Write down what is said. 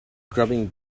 grubbing